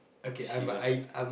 she went back